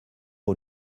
aux